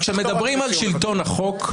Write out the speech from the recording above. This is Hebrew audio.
כאשר מדברים על שלטון החוק,